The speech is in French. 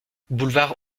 boulevard